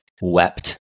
wept